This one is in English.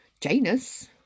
janus